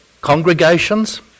congregations